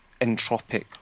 entropic